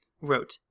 wrote